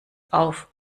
auf